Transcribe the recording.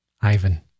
Ivan